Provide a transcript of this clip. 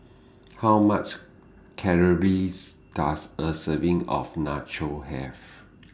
How much Calories Does A Serving of Nachos Have